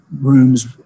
rooms